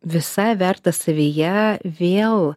visai verta savyje vėl